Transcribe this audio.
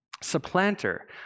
Supplanter